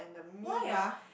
why ah